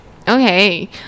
okay